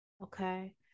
Okay